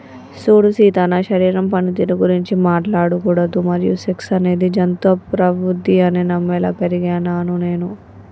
సూడు సీత నా శరీరం పనితీరు గురించి మాట్లాడకూడదు మరియు సెక్స్ అనేది జంతు ప్రవుద్ది అని నమ్మేలా పెరిగినాను నేను